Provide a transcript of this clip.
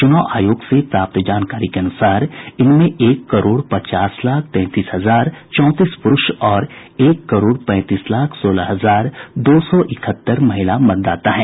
च्रनाव आयोग से प्राप्त जानकारी के अनुसार इनमें एक करोड़ पचास लाख तैंतीस हजार चौंतीस पुरूष और एक करोड़ पैंतीस लाख सोलह हजार दो सौ इकहत्तर महिला मतदाता हैं